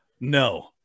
No